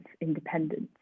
independence